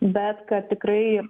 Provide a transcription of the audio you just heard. bet kad tikrai